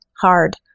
hard